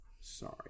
Sorry